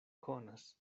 konas